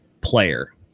player